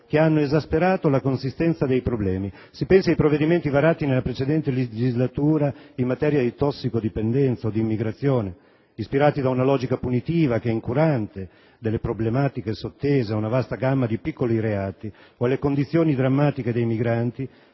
che hanno esasperato la consistenza dei problemi: si pensi ai provvedimenti varati nella precedente legislatura in materia di tossicodipendenza o di immigrazione, ispirati da una logica punitiva che, incurante delle problematiche sottese a una vasta gamma di piccoli reati o alle condizioni drammatiche dei migranti,